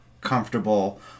comfortable